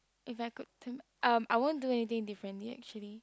if I could turn um I won't do anything differently actually